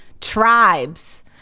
tribes